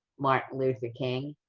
martin luther king.